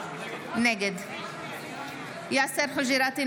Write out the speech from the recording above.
נגד יאסר חוג'יראת,